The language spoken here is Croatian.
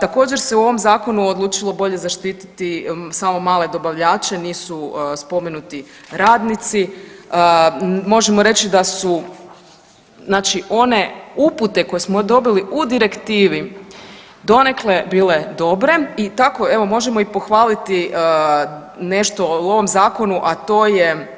Također se u ovom Zakonu odlučilo bolje zaštititi samo male dobavljače, nisu spomenuti radnici, možemo reći da su znači one upute koje smo dobili u Direktivi donekle bile dobre i tako evo, možemo i pohvaliti nešto u ovom Zakonu, a to je